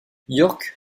york